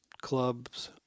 clubs